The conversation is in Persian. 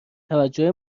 توجه